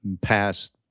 past